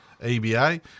EBA